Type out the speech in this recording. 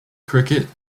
cricket